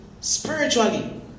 Spiritually